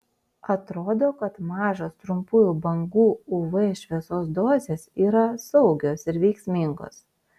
atrodo kad mažos trumpųjų bangų uv šviesos dozės yra saugios ir veiksmingos